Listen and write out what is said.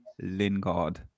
Lingard